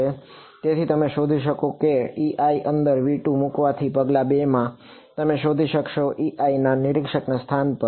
તેથી તમે શોધી શકશો કે Ei અંદર V2 મૂકવા થી પગલl 2 માં તમે શોધી શાકશો Ei નિરીક્ષકના સ્થાન પર